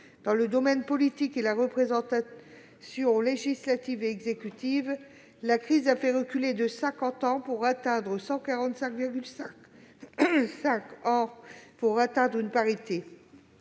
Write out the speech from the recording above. Dans le domaine politique et la représentation législative et exécutive, la crise nous a fait reculer de cinquante ans, pour atteindre une parité